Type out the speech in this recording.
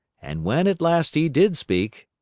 and when, at last, he did speak,